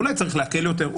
אולי צריך להקל יותר,